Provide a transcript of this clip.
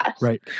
right